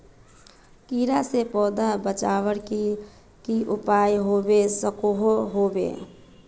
कीड़ा से पौधा बचवार की की उपाय होबे सकोहो होबे?